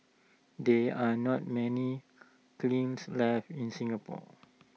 there are not many cleans left in Singapore